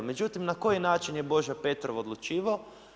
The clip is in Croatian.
Međutim, na koji način je Božo Petrov odlučivao?